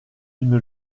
une